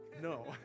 No